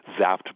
zapped